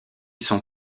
sont